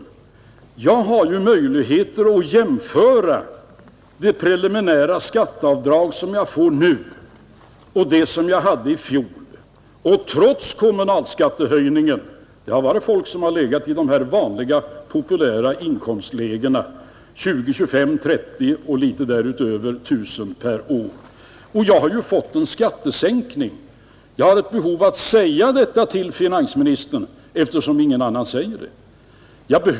Man har t.ex. sagt: Jag har ju möjligheter att jämföra det preliminära skatteavdrag som görs nu med det som gjordes i fjol, och trots kommunalskattehöjningen — det har varit människor som legat i de populära inkomstlägena 20 000-25 000 kronor och något däröver per år — har jag fått en skattesänkning. Dessa människor har sagt sig ha ett behov att tala om detta för finansministern eftersom ingen annan gör det.